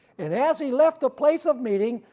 and as he left the place of meeting,